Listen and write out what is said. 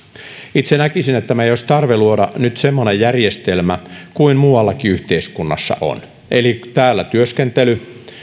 itse näkisin että meillä olisi tarve luoda nyt semmoinen järjestelmä kuin muuallakin yhteiskunnassa on eli täällä työskentely